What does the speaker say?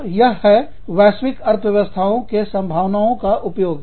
तो यह है वैश्विक अर्थव्यवस्थाओं के संभावनाओं का उपयोग